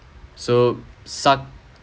so sud~